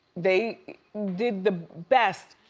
they did the best.